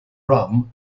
rum